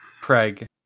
Craig